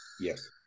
Yes